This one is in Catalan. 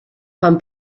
fan